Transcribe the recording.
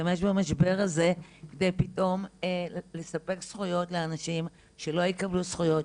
נשתמש במשבר הזה כדי פתאום לספק זכויות לאנשים שלא יקבלו זכויות,